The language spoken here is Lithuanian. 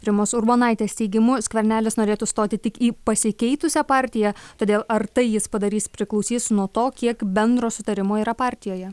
rimos urbonaitės teigimu skvernelis norėtų stoti tik į pasikeitusią partiją todėl ar tai jis padarys priklausys nuo to kiek bendro sutarimo yra partijoje